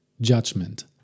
Judgment